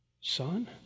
son